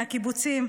מהקיבוצים,